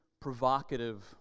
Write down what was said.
provocative